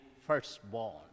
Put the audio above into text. firstborn